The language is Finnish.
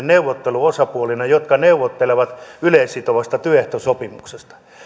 neuvotteluosapuolina jotka neuvottelevat yleissitovasta työehtosopimuksesta